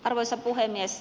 arvoisa puhemies